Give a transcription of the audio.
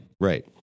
right